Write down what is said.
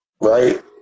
right